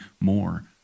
more